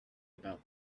about